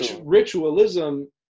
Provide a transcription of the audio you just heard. Ritualism